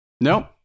nope